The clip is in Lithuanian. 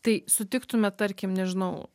tai sutiktume tarkim nežinau